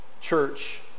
Church